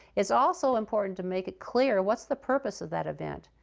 it's also important to make it clear what's the purpose of that event.